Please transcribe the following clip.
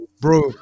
bro